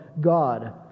God